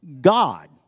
God